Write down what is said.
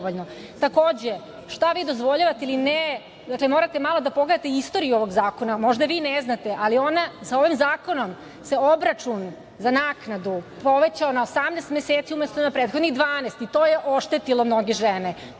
šta vi dozvoljavate ili ne, morate malo da pogledate istoriju ovog zakona. Možda vi ne znate, ali sa ovim zakonom se obračun za naknadu povećao na 18 meseci umesto na prethodnih 12 i to je oštetilo mnoge žene.